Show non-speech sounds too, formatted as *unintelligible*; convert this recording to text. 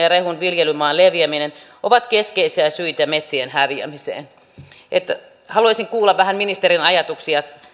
*unintelligible* ja rehun viljelymaan leviäminen ovat keskeisiä syitä metsien häviämiseen haluaisin kuulla vähän ministerin ajatuksia